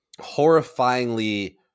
horrifyingly